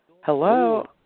Hello